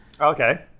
Okay